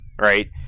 Right